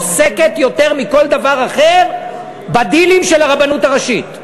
עוסקת יותר מכל דבר אחר בדילים של הרבנות הראשית.